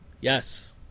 Yes